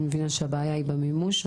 אני מבינה שהבעיה היא במימוש.